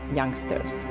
youngsters